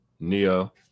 neo